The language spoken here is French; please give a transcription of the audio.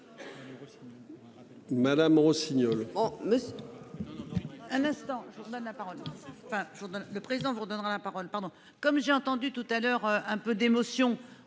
Madame Rossignol